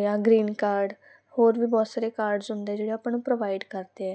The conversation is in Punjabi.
ਜਾਂ ਗਰੀਨ ਕਾਰਡ ਹੋਰ ਵੀ ਬਹੁਤ ਸਾਰੇ ਕਾਰਡਸ ਹੁੰਦੇ ਜਿਹੜੇ ਆਪਾਂ ਨੂੰ ਪ੍ਰੋਵਾਈਡ ਕਰਦੇ ਹੈ